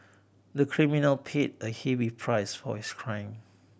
the criminal paid a heavy price for his crime